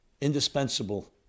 indispensable